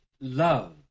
love